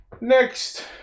Next